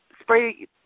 spray-